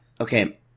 okay